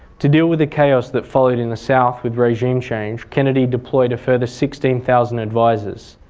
to deal with the chaos that followed in the south with regime change, kennedy deployed a further sixteen thousand advisers.